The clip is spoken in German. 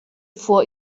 vor